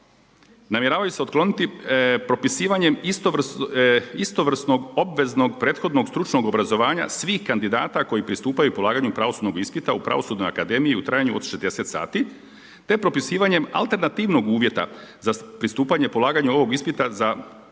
namjeravaju se otkloniti propisivanje istovrsnog obveznog prethodnog stručnog obrazovanja svih kandidata koji pristupaju polaganju pravosudnog ispita u pravosudnoj akademiji u trajanju od 60 sati te propisivanjem alternativnog uvjeta za pristupanje polaganju ovog ispita za pravnike